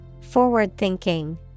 forward-thinking